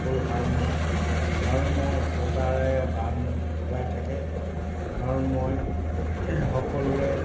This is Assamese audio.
সকলো ভাল নহয় ধৰ্ম একতাৰে বান্ধ খুৱাই থাকে ধৰ্মই সকলোৰে